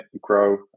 grow